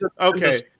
okay